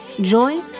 Joy